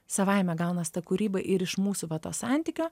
savaime gaunas ta kūryba ir iš mūsų va to santykio